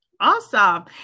Awesome